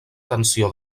tensió